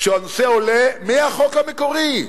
כשהנושא עולה, מהחוק המקורי,